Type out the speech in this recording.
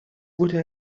wurde